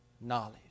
knowledge